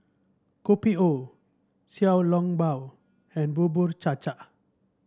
Kopi O Xiao Long Bao and Bubur Cha Cha